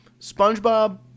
SpongeBob